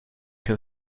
can